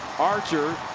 archer.